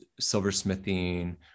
silversmithing